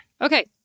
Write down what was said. Okay